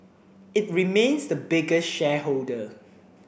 it remains the biggest shareholder